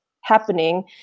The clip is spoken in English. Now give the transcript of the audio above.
happening